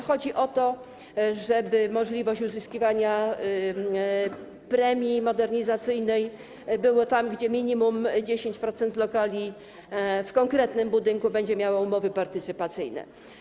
Chodzi o to, żeby możliwość uzyskiwania premii modernizacyjnej była tam, gdzie minimum 10% lokali w konkretnym budynku będzie miało umowy partycypacyjne.